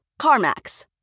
CarMax